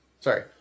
Sorry